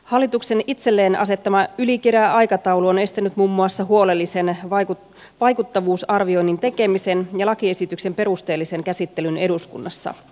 hallituksen itselleen asettama ylikireä aikataulu on estänyt muun muassa huolellisen vaikuttavuusarvioinnin tekemisen ja lakiesityksen perusteellisen käsittelyn eduskunnassa